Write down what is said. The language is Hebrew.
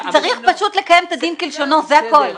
צריך פשוט לקיים את הדין כלשונו, זה הכול.